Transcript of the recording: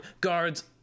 Guards